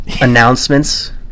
announcements